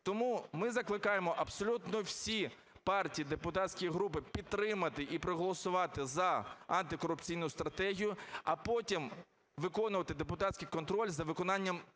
Тому ми закликаємо абсолютно всі партії, депутатські групи підтримати і проголосувати за антикорупційну стратегію, а потім виконувати депутатський контроль за виконанням